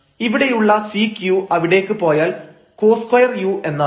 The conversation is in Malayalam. ഇവിടെയുള്ള sec u അവിടേക്ക് പോയാൽ cos2u എന്നാവും